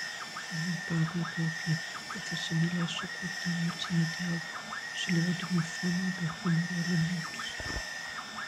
na ir pabaigai apie profesionaliai sukurtą emocinį dialogo su liaudimi foną bei humoro elementus